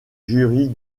jury